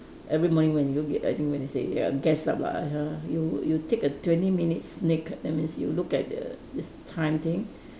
every morning when you I think when they say ya gets up lah ya you you take a twenty minutes sneak that means you look at the this time thing